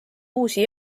uusi